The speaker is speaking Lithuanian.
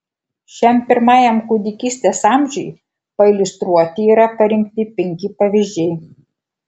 šiam pirmajam kūdikystės amžiui pailiustruoti yra parinkti penki pavyzdžiai